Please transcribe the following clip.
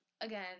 again